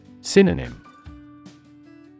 Synonym